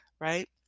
right